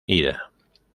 ida